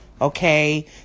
Okay